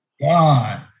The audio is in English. God